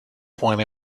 point